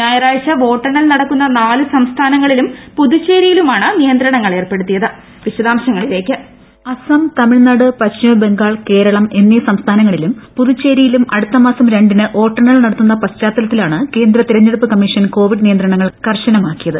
ഞായറാഴ്ച വോട്ടെണ്ണൽ നടക്കുന്ന നാല് സംസ്ഥാനങ്ങളിലും പുതുച്ചേരിയിലുമാണ് നിയന്ത്രണങ്ങൾ ഏർപ്പെടുത്തിയത് വിശദാംശങ്ങളിലേക്ക് വോയിസ് അസം തമിഴ്നാട് പശ്ചിമബംഗാൾ കേരളം എന്നീ സംസ്ഥാനങ്ങളിലും പുതുച്ചേരിയിലും അടുത്തമാസം രണ്ടിന് വോട്ടെണ്ണൽ നടത്തുന്ന പശ്ചാത്തലത്തിലാണ് കേന്ദ്ര തെരഞ്ഞെടുപ്പ് കമ്മീഷൻ കോവിഡ് നിയന്ത്രണങ്ങൾ കർശന മാക്കിയത്